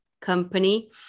company